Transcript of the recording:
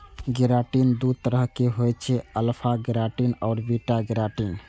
keratin दू तरहक होइ छै, अल्फा केराटिन आ बीटा केराटिन